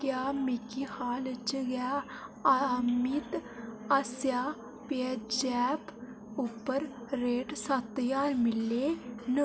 क्या मिगी हाल च गेआ आमित आसेआ पेऽज़ैप उप्पर रेट सत्त ज्हार मिल्ले न